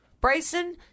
Bryson